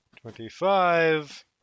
twenty-five